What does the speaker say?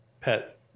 pet